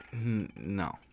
No